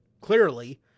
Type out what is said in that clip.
Clearly